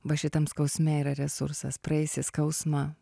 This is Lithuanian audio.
va šitam skausme yra resursas praeisi skausmą